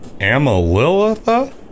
Amalilitha